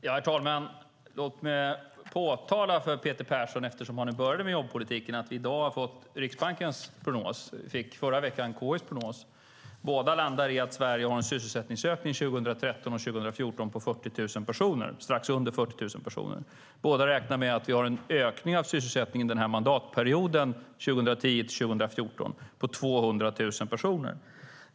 Herr talman! Låt mig påpeka för Peter Persson eftersom han började med jobbpolitiken att vi i dag fick Riksbankens prognos och förra veckan KI:s prognos och att båda dessa landar i att Sverige har en sysselsättningsökning 2013 och 2014 på strax under 40 000 personer. Båda räknar med att vi har en ökning av sysselsättningen under mandatperioden 2010-2014 på 200 000 personer.